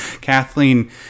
Kathleen